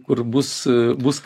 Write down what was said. kur bus a bus